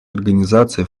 организации